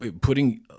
putting